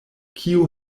kiu